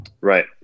Right